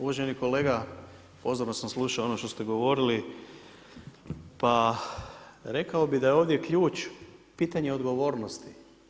Uvaženi kolega, pozorno sam slušao ono što se govorili, pa rekao bi da je ovdje ključ pitanja odgovornosti.